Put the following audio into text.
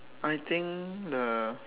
I think the